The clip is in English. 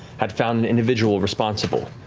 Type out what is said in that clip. had found an individual responsible,